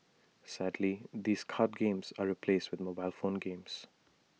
sadly these card games are replaced with mobile phone games